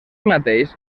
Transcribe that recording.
mateix